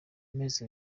amezi